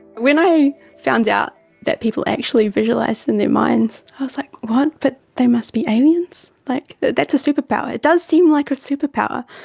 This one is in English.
when i found out that people actually visualise in their minds i was like, what, but they must be aliens, that's a superpower. it does seem like a superpower.